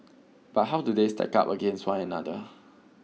but how do they stack up against one another